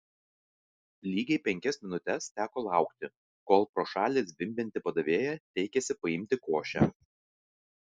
lygiai penkias minutes teko laukti kol pro šalį zvimbianti padavėja teikėsi paimti košę